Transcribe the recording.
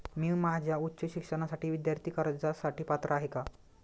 मी माझ्या उच्च शिक्षणासाठी विद्यार्थी कर्जासाठी पात्र आहे का?